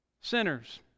sinners